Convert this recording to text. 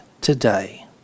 today